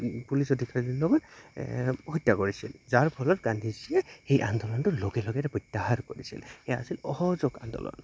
police অধিকাৰীৰ লগত হত্যা কৰিছিল যাৰ ফলত গান্ধীজীয়ে সেই আন্দোলনটোৰ লগে লগে প্ৰত্যাহাৰ কৰিছিল সেয়া আছিল অসহযোগ আন্দোলন